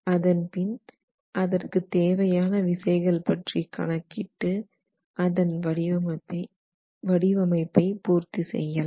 அதன் பின் அதற்கு தேவையான விசைகள் பற்றி கணக்கிட்டு அதன் வடிவமைப்பை பூர்த்தி செய்யலாம்